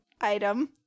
item